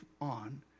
on